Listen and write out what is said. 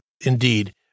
indeed